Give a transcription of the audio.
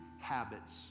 habits